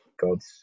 gods